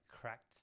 cracked